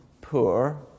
poor